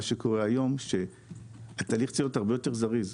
שקורה היום - שהתהליך צריך להיות הרבה זריז,